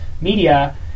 media